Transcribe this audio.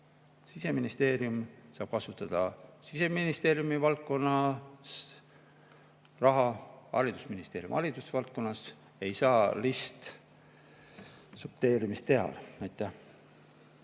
Siseministeerium saab vastutada Siseministeeriumi valdkonnas raha eest, haridusministeerium haridusvaldkonnas. Ei saa ristsubsideerimist teha.